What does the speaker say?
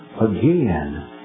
again